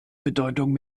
bedeutungen